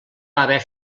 haver